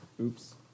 Oops